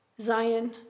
zion